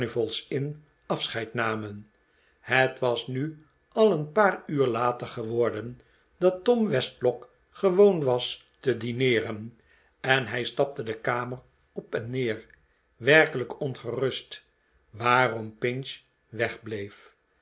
inn afscheid namen het was nu al een paar uur later geworden dan john westlock gewoon was te dineeren en hij stapte de kamer op en neer werkelijk ongerust waarom pinch wegbleef